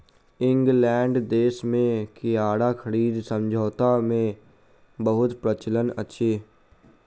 England देश में किराया खरीद समझौता के बहुत प्रचलन अछि